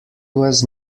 was